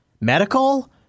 medical